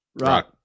Rock